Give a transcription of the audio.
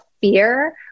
fear